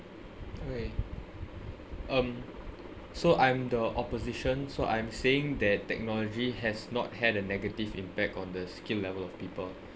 okay so um so I'm the opposition so I'm saying that technology has not had a negative impact on the skill level of people